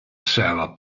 sarah